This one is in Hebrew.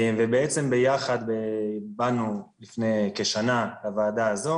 ובעצם ביחד באנו לפני כשנה לוועדה הזאת